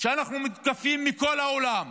אנחנו מותקפים מכל העולם,